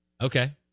okay